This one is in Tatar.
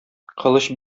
кылыч